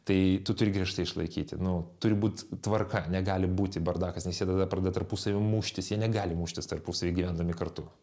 tai turi griežtai išlaikyti nu turi būt tvarka negali būti bardakas nes jie tada pradeda tarpusavyje muštis jie negali muštis tarpusavyje gyvendami kartu